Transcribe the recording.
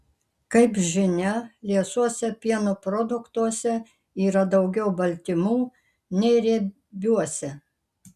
kaip žinia liesuose pieno produktuose yra daugiau baltymų nei riebiuose